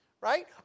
Right